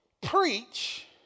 Preach